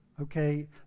okay